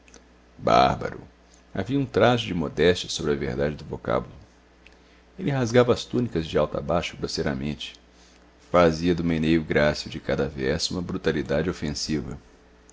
bárbaro havia um trajo de modéstia sobre a verdade do vocábulo ele rasgava as túnicas de alto a baixo grosseiramente fazia do meneio grácil de cada verso uma brutalidade ofensiva